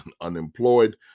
unemployed